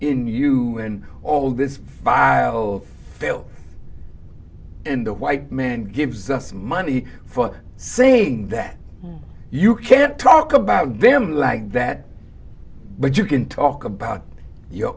in you in all this file fill in the white man gives us money for saying that you can't talk about them like that but you can talk about your